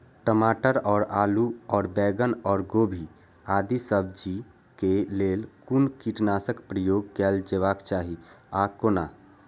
टमाटर और आलू और बैंगन और गोभी आदि सब्जी केय लेल कुन कीटनाशक प्रयोग कैल जेबाक चाहि आ कोना?